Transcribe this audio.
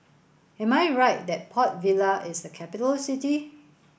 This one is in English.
am I right that Port Vila is a capital city